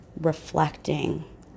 reflecting